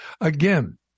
again